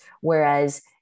Whereas